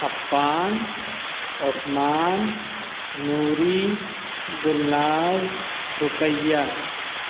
Affan Usman Noori Gulnaz Ruqaiya